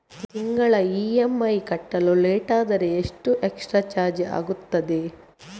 ತಿಂಗಳ ಇ.ಎಂ.ಐ ಕಟ್ಟಲು ಲೇಟಾದರೆ ಎಷ್ಟು ಎಕ್ಸ್ಟ್ರಾ ಚಾರ್ಜ್ ಆಗುತ್ತದೆ?